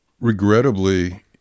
Regrettably